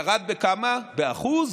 ירד בכמה, ב-1%?